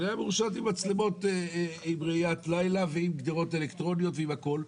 היה מרושת עם מצלמות עם ראיית לילה ועם גדרות אלקטרוניות ועם הכול,